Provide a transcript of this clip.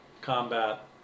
combat